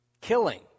Killing